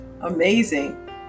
Amazing